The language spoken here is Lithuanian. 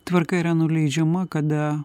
tvarka yra nuleidžiama kada